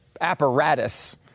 apparatus